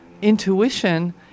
Intuition